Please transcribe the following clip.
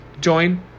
join